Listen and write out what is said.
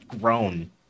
grown